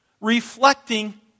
Reflecting